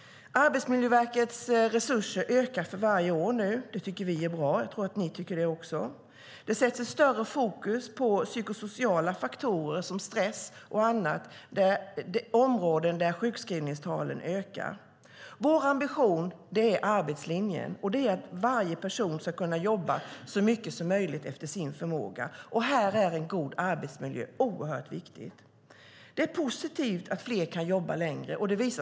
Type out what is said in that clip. Arbetsmiljöverkets resurser ökar för varje år nu. Det tycker vi är bra, och jag tror att ni tycker det också. Det sätts större fokus på psykosociala faktorer som stress och annat, områden där sjukskrivningstalen ökar. Vår ambition är arbetslinjen. Det är att varje person ska kunna jobba så mycket som möjligt efter sin förmåga. Här är en god arbetsmiljö oerhört viktig. Det är positivt att fler kan jobba längre.